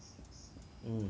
mm